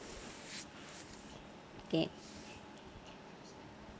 okay